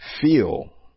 feel